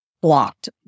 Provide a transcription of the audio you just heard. blocked